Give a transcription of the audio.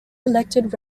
elected